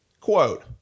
Quote